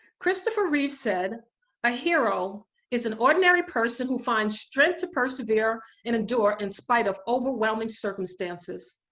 christopher reeve said a hero is an ordinary person who finds strength to persevere and endure in spite of overwhelming circumstances.